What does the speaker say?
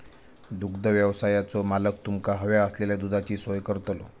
दुग्धव्यवसायाचो मालक तुमका हव्या असलेल्या दुधाची सोय करतलो